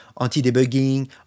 anti-debugging